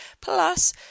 Plus